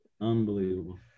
Unbelievable